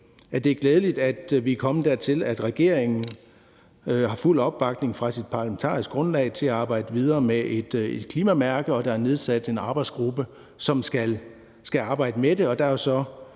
det er glædeligt, at vi er kommet dertil, at regeringen har fuld opbakning fra sit parlamentariske grundlag til at arbejde videre med et klimamærke, og at der er nedsat en arbejdsgruppe, som skal arbejde med det.